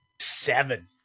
Seven